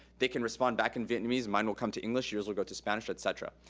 they can respond back in vietnamese, and mine will come to english, yours will go to spanish, et cetera.